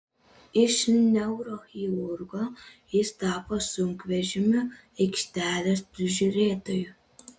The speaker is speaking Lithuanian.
iš neurochirurgo jis tapo sunkvežimių aikštelės prižiūrėtoju